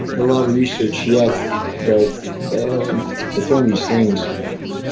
lot of research yet but it's it's one of these things,